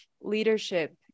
leadership